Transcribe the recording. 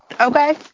Okay